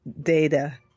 data